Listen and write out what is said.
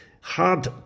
hard